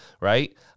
right